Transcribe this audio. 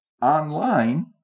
online